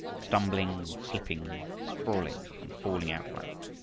stumbling, slipping, sprawling, and falling outright.